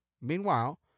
meanwhile